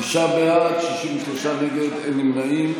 תשעה בעד, 63 נגד, אין נמנעים.